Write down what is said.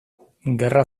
gerra